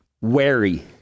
wary